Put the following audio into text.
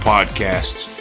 Podcasts